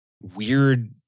weird